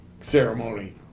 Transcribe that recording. ceremony